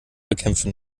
bekämpfen